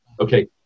okay